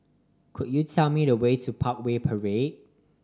could you tell me the way to Parkway Parade